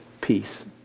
Peace